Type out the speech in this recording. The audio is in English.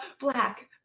black